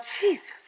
Jesus